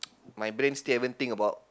my brain still haven't think about